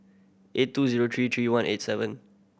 eight two zero three three one eight seven